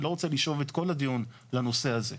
אני לא רוצה לשאוב את כל הדיון לנושא הזה.